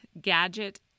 gadget